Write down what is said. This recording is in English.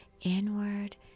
inward